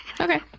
Okay